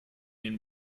den